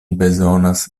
bezonas